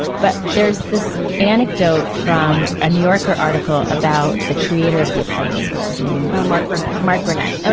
but there's this anecdote from a new yorker article about the creator of the apprentice. what's his name? um mark burnett. mark burnett. and